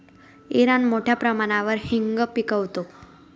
Iran मोठ्या प्रमाणावर हिंग पिकवतो